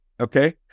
Okay